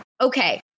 Okay